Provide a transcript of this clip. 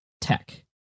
tech